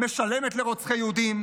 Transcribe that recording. משלמת לרוצחי יהודים,